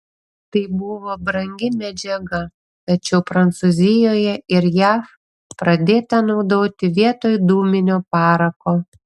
tai buvo brangi medžiaga tačiau prancūzijoje ir jav pradėta naudoti vietoj dūminio parako